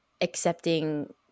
accepting